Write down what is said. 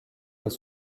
aux